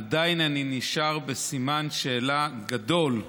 עדיין אני נשאר בסימן שאלה גדול.